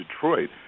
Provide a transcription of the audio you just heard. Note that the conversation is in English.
Detroit